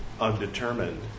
undetermined